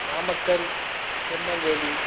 Namakkal Tirunelveli